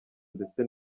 ndetse